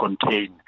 contain